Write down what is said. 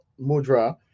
mudra